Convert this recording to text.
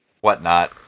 whatnot